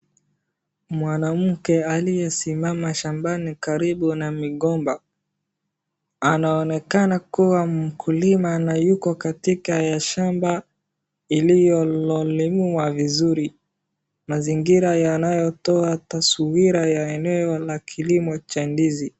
Mwanamke aliyesimama shambani karibu na migomba, anaonekana kuwa mkulima na yuko katika shamba iliyo limwa vizuri. Mazingira yanayotoa subira ya eneo la kilimo cha ndizi.